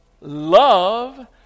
Love